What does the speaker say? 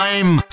Time